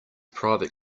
private